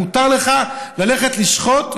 מותר לך ללכת לשחוט.